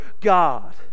God